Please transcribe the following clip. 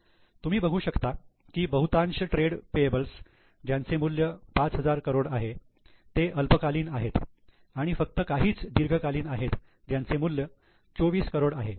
तुम्ही बघू शकता के बहुतांश ट्रेड पेयेबल्स ज्यांचे मूल्य 5000 करोड आहे ते अल्पकालीन आहेत आणि फक्त काहीच दीर्घकालीन आहेत ज्यांचे मूल्य 24 करोड आहे